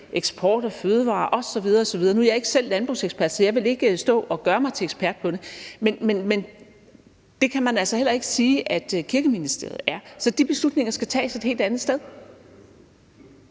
eksport og fødevarer osv. osv. Nu er jeg ikke selv landbrugsekspert, så jeg vil ikke stå og gøre mig til ekspert på det, men det kan man altså heller ikke sige Kirkeministeriet er, så de beslutninger skal tages et helt andet sted.